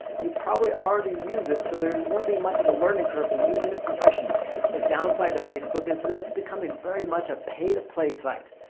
you probably already use it so there won't be much of a learning curve to using it professionally. the downside to facebook is that it's becoming very much a pay-to-play site.